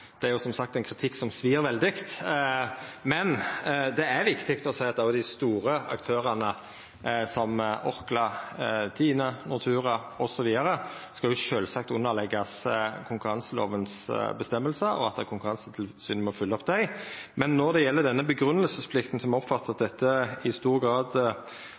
Det er som sagt ein kritikk som svir veldig. Men det er viktig å seia at òg dei store aktørane, som Orkla, Tine, Nortura osv., sjølvsagt skal underleggjast konkurranselovens reglar, og at Konkurransetilsynet må følgja opp dei. Men når det gjeld denne grunngjevingsplikta som eg oppfattar at dette i stor grad